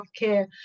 healthcare